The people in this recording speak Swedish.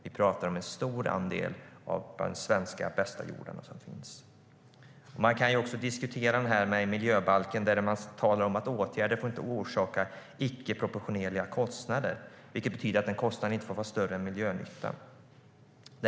Vi pratar om en stor andel av de bästa svenska jordarna. Man kan också diskutera detta med miljöbalken där det sägs att åtgärder inte får orsaka icke proportionerliga kostnader. Det betyder att en kostnad inte får vara större än miljönyttan.